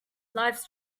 lifes